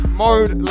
mode